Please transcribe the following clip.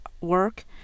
work